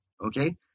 Okay